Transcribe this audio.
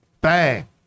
bang